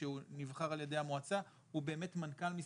שהוא נבחר על ידי המועצה, הוא באמת מנכ"ל משרד.